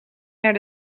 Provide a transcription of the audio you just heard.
naar